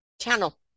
channel